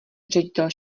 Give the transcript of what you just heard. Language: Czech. ředitel